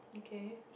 okay